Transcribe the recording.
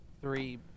Three